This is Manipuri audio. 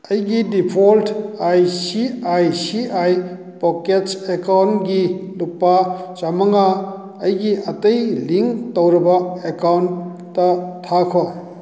ꯑꯩꯒꯤ default I C I C I pockets ꯑꯦꯀꯥꯎꯟꯒꯤ ꯂꯨꯄꯥ ꯆꯃꯉꯥ ꯑꯩꯒꯤ ꯑꯇꯩ ꯂꯤꯡꯛ ꯇꯧꯔꯕ ꯑꯦꯀꯥꯎꯟꯗ ꯊꯥꯈꯣ